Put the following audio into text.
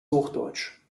hochdeutsch